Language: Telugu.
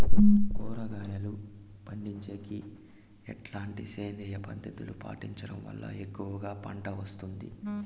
కూరగాయలు పండించేకి ఎట్లాంటి సేంద్రియ పద్ధతులు పాటించడం వల్ల ఎక్కువగా పంట వస్తుంది?